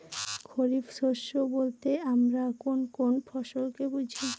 খরিফ শস্য বলতে আমরা কোন কোন ফসল কে বুঝি?